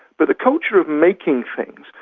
but the culture of making things,